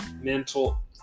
mental